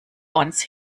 ons